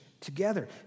together